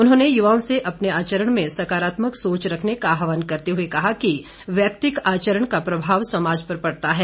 उन्होंने युवाओं से अपने आचरण में सकारात्मक सोच रखने का आहवान करते हुए कहा कि वैयक्तिक आचरण का प्रभाव समाज पर पड़ता है